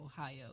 Ohio